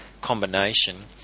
combination